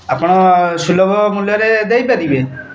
ଆପଣ ସୁଲଭ ମୂଲ୍ୟରେ ଦେଇପାରିବେ